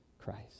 Christ